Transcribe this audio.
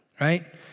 right